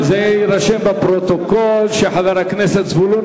יירשם בפרוטוקול שחבר הכנסת זבולון